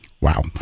Wow